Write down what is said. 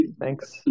Thanks